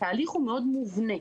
התהליך הוא מאוד מובנה,